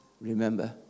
remember